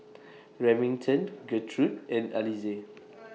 Remington Gertrude and Alize